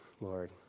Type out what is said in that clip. Lord